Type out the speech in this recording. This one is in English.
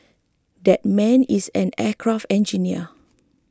that man is an aircraft engineer